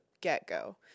get-go